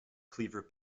cleaver